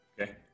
Okay